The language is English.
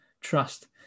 trust